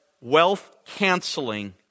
wealth-canceling